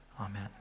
Amen